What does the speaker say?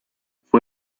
fue